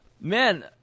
man